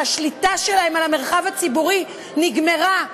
שהשליטה שלהן על המרחב הציבורי נגמרה,